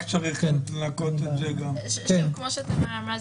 רק צריך --- כמו שתמר אמרה,